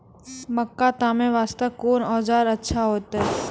मक्का तामे वास्ते कोंन औजार अच्छा होइतै?